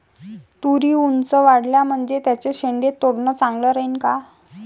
तुरी ऊंच वाढल्या म्हनजे त्याचे शेंडे तोडनं चांगलं राहीन का?